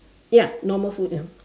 ya normal food ya